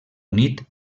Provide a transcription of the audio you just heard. unit